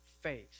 faith